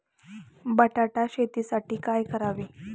बटाटा शेतीसाठी काय करावे?